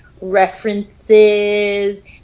references